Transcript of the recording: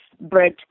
bread